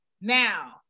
Now